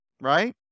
right